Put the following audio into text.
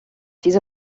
diese